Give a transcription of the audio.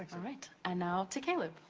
like all right, and now, to caleb.